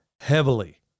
heavily